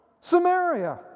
Samaria